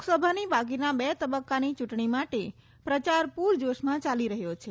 લોકસભાની બાકીના બે તબક્કાની ચૂંટણી માટે પ્રચાર પૂરજોશમાં ચાલી રહ્યો છે